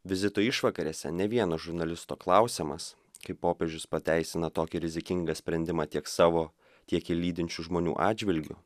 vizito išvakarėse ne vieno žurnalisto klausiamas kaip popiežius pateisina tokį rizikingą sprendimą tiek savo tiek jį lydinčių žmonių atžvilgiu